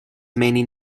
many